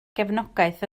gefnogaeth